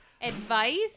advice